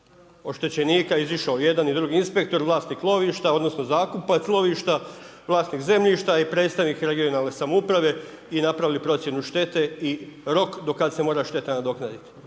oštećenika izišao jedan i drugi inspektor, vlasnik lovišta odnosno zakupac lovišta, vlasnik zemljišta i predstavnik regionalne samouprave i napravili procjenu štete i rok do kad se mora šteta nadoknaditi?